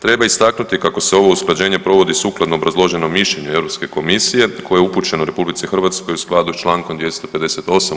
Treba istaknuti kako se ovo usklađenje provodi sukladno obrazloženom mišljenju Europske komisije koje je upućeno RH u skladu s Člankom 258.